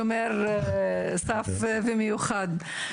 שומר סף במיוחד.